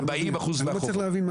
אני לא מצליח להבין.